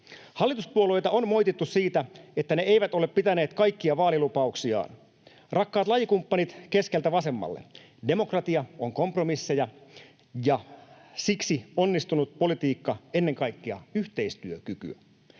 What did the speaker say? Hallituspuolueita on moitittu siitä, että ne eivät ole pitäneet kaikkia vaalilupauksiaan. Rakkaat lajikumppanit keskeltä vasemmalle, demokratia on kompromisseja ja siksi onnistunut politiikka ennen kaikkea yhteistyökykyä.